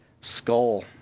skull